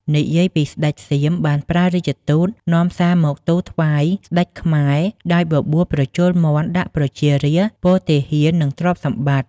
និយាយពីស្ដេចសៀមបានប្រើរាជទូតនាំសារមកទូលថ្វាយស្ដេចខ្មែរ ដោយបបួលប្រជល់មាន់ដាក់ប្រជារាស្ដ្រ ពលទាហាននិងទ្រព្យសម្បត្តិ។